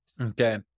Okay